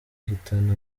uhitana